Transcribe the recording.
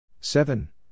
Seven